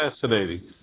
fascinating